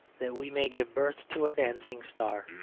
that we may give birth to a dancing star.